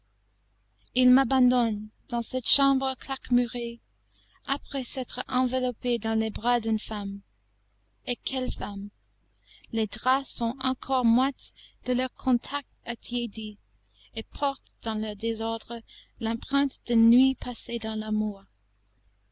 il m'abandonne dans cette chambre claquemurée après s'être enveloppé dans les bras d'une femme et quelle femme les draps sont encore moites de leur contact attiédi et portent dans leur désordre l'empreinte d'une nuit passée dans l'amour